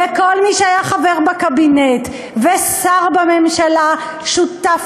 וכל מי שהיה חבר בקבינט ושר בממשלה שותף